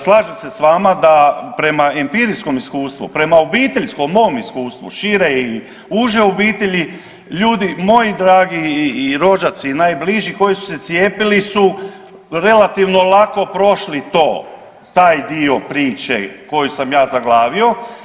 Slažem se s vama da prema empirijskom iskustvu, prema obiteljskom, mom iskustvu šire i uže obitelji, ljudi moji dragi i rođaci i najbliži koji su se cijepili su relativno lako prošli to, taj dio priče koju sam ja zaglavio.